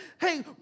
hey